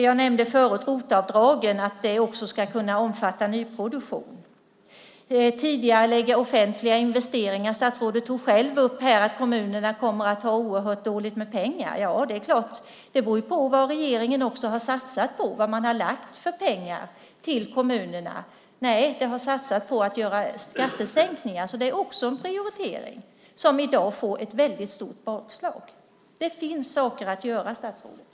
Jag nämnde förut ROT-avdraget och att det också ska kunna omfatta nyproduktion. Man kan tidigarelägga offentliga investeringar. Statsrådet tog själv upp att kommunerna kommer att ha dåligt med pengar. Det beror ju på vad regeringen har satsat på och att man har lagt för lite pengar på kommunerna. Man har satsat på skattesänkningar. Det är en prioritering som i dag får ett stort bakslag. Det finns saker att göra, statsrådet.